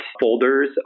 folders